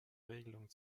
regelung